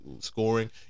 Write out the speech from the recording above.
scoring